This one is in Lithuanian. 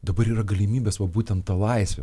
dabar yra galimybės va būtent ta laisvė